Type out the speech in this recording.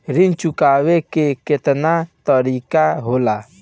ऋण चुकाने के केतना तरीका होला?